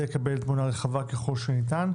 כדי שנקבל תמונה רחבה ככל הניתן.